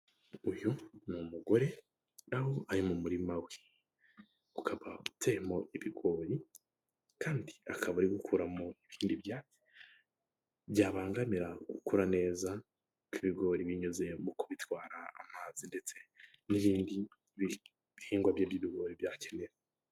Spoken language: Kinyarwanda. Uyu ni umugore aho ari mu murima we. Ukaba utemo ibigori kandi akaba ari gukuramo ibindi byatsi byabangamira ugukura neza kw'ibigori binyuze mu kubitwara amazi ndetse n'ibindi ibihingwa bye by'ibigori byakenewe.